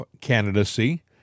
candidacy